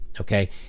okay